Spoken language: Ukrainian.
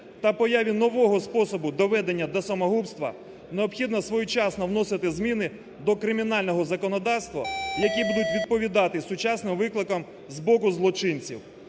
та появі нового способу доведення до самогубства, необхідно своєчасно вносити зміни до кримінального законодавства, які будуть відповідати сучасним викликам з боку злочинців.